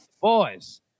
boys